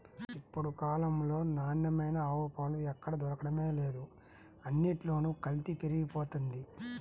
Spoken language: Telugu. ఇప్పుడు కాలంలో నాణ్యమైన ఆవు పాలు ఎక్కడ దొరకడమే లేదు, అన్నిట్లోనూ కల్తీ పెరిగిపోతంది